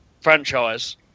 franchise